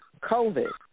COVID